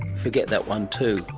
forget that one too.